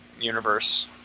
universe